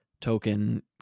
token